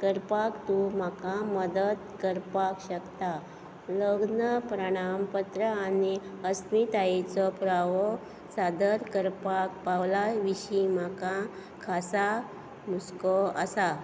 करपाक तूं म्हाका मदत करपाक शकता लग्न प्रमाणपत्र आनी अस्मितायेचो पुरावो सादर करपाक पावलां विशीं म्हाका खासा हुस्को आसा